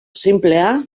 sinplea